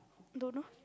don't know